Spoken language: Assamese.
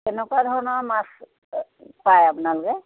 কেনেকুৱা ধৰণৰ মাছ পায় আপোনালোকে